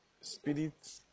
spirit